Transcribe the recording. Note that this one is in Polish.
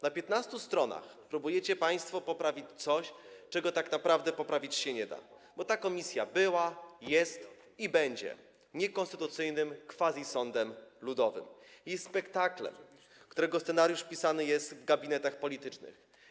Na 15 stronach próbujecie państwo poprawić coś, czego tak naprawdę poprawić się nie da, bo ta komisja była, jest i będzie niekonstytucyjnym quasi-sądem ludowym, jest spektaklem, którego scenariusz pisany jest w gabinetach politycznych.